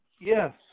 Yes